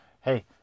Hey